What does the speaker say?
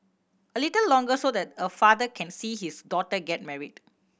a little longer so that a father can see his daughter get married